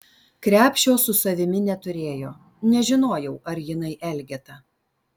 krepšio su savimi neturėjo nežinojau ar jinai elgeta